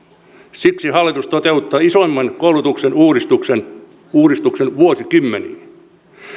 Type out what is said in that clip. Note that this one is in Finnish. siksi hallitus toteuttaa isoimman koulutuksen uudistuksen uudistuksen vuosikymmeniin